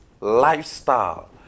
lifestyle